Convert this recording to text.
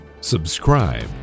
Subscribe